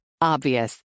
Obvious